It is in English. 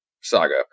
saga